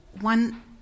one